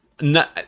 no